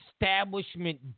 establishment